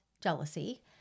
jealousy